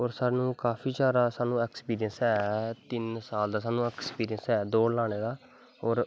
और काफी जादा साह्नू ऐक्सपिरिंस ऐ तिन्न साल दा साह्नू ऐक्सपिरिंस ऐ दौड़ लानें दा और